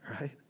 Right